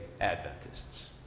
Adventists